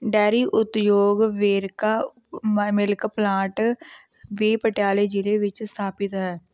dairy ਉਦਯੋਗ ਵੇਰਕਾ ਮਾ milk plant ਵੀ ਪਟਿਆਲੇ ਜ਼ਿਲ੍ਹੇ ਵਿੱਚ ਸਥਾਪਿਤ ਹੈ